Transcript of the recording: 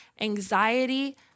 anxiety